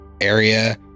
area